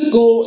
go